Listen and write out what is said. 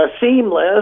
seamless